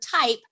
type